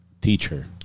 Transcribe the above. teacher